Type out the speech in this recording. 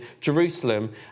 Jerusalem